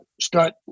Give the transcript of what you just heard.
start